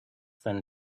than